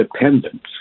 independence